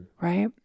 right